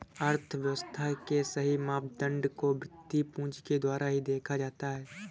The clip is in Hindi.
अर्थव्यव्स्था के सही मापदंड को वित्तीय पूंजी के द्वारा ही देखा जाता है